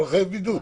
לא לחייב בידוד.